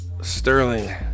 Sterling